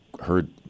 heard